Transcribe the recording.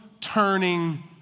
Turning